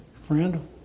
friend